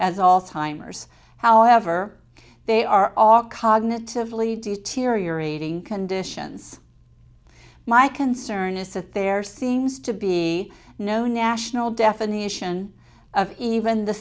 as all timers however they are all cognitively d t r your reading conditions my concern is that there seems to be no national definition of even the